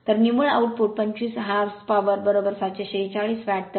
तर निव्वळ output 25 h p 1 horse power 746 watt आहे